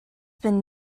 been